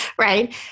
Right